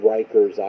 Rikers